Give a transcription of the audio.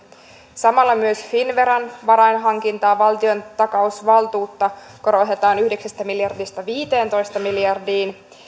samalla myös finnveran varainhankintaa valtion takausvaltuutta korotetaan yhdeksästä miljardista viiteentoista miljardiin